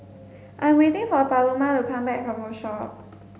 I am waiting for Paloma to come back from Rochor